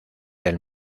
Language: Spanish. del